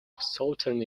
southern